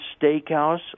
Steakhouse